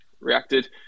reacted